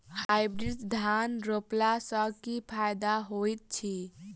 Hybrid धान रोपला सँ की फायदा होइत अछि?